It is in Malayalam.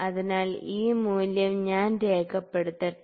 അതിനാൽ ഈ മൂല്യം ഞാൻ രേഖപ്പെടുത്തട്ടെ